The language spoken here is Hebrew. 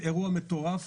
זה אירוע מטורף,